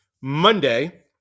Monday